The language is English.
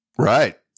Right